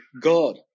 God